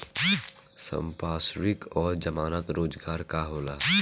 संपार्श्विक और जमानत रोजगार का होला?